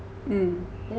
mm